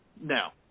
No